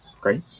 Great